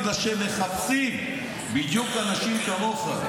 בגלל שהם מחפשים בדיוק אנשים כמוך.